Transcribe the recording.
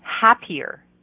happier